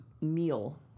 meal